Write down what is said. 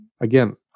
again